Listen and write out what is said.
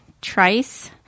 Trice